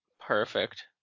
Perfect